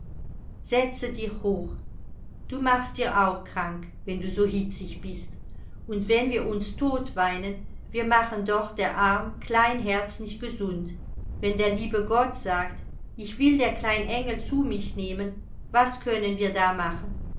setze dir hoch du machst dir auch krank wenn du so hitzig bist und wenn wir uns tot weinen wir machen doch der arm klein herz nicht gesund wenn der liebe gott sagt ich will der klein engel zu mich nehmen was können wir da machen